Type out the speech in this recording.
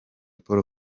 paul